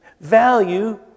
Value